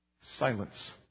Silence